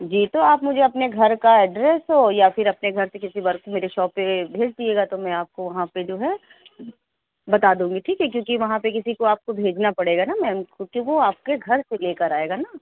جی تو آپ مجھے اپنے گھر کا ایڈریس ہو یا پھر اپنے گھر سے کسی ورک کو میرے شاپ پہ بھیج دیجیے گا تو میں آپ کو وہاں پہ جو ہے بتا دوں گی ٹھیک ہے کیوں کہ وہاں پہ کسی کو آپ کو بھیجنا پڑے گا نا میم کیوں کہ وہ آپ کے گھر پہ لے کر آئے گا نا